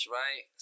right